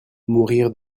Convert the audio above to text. mourir